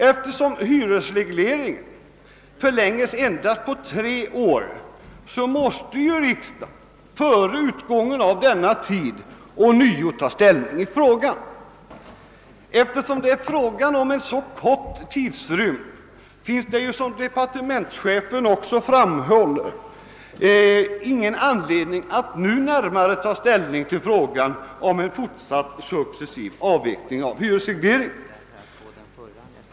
Eftersom hyresregleringens giltighetstid förlängs endast med tre år måste riksdagen före utgången av denna tid ånyo ta ställning i frågan. Då det rör sig om en så kort tidrymd finns det, som departementschefen också framhållit, ingen anledning att nu ta närmare ställning till frågan om fortsatt successiv avveckling av hyresregleringen.